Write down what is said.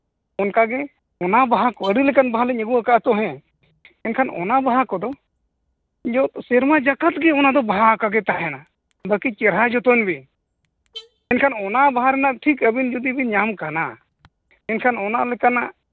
ᱚᱱᱠᱟ ᱜᱮ ᱚᱱᱟ ᱵᱟᱦᱟ ᱠᱚ ᱟᱹᱰᱤ ᱞᱮᱠᱟᱱ ᱵᱟᱦᱟ ᱞᱤᱧ ᱟᱹᱜᱩ ᱟᱠᱟᱜ ᱛᱟᱦᱮᱸ ᱮᱱᱠᱷᱟᱱ ᱚᱱᱟ ᱵᱟᱦᱟ ᱠᱚᱫᱚ ᱡᱚᱛᱚ ᱥᱮᱨᱢᱟ ᱡᱟᱠᱟᱛ ᱜᱮ ᱚᱱᱟ ᱫᱚ ᱵᱟᱦᱟ ᱟᱠᱟᱜᱮ ᱛᱟᱦᱮᱱᱟ ᱵᱟᱹᱠᱤ ᱪᱮᱨᱦᱟ ᱡᱚᱛᱚᱱ ᱵᱤᱱ ᱮᱱᱠᱷᱟᱱ ᱚᱱᱟ ᱵᱟᱦᱟ ᱨᱮᱱᱟᱜ ᱴᱷᱤᱠ ᱟᱹᱵᱤᱱ ᱡᱩᱫᱤ ᱵᱤᱱ ᱧᱟᱢ ᱠᱟᱱᱟ ᱮᱱᱠᱷᱟᱱ ᱚᱱᱟ ᱞᱮᱠᱟᱱᱟᱜ